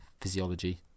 physiology